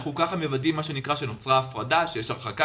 ואנחנו ככה מוודאים שנוצרה ההפרדה ושיש הרחקה